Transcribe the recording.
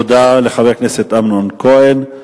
תודה לחבר הכנסת אמנון כהן.